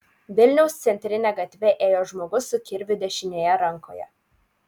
vilniaus centrine gatve ėjo žmogus su kirviu dešinėje rankoje